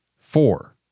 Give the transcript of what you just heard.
four